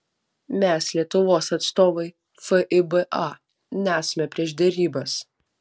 mes lietuvos atstovai fiba nesame prieš derybas